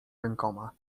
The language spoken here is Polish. rękoma